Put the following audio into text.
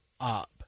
up